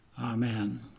Amen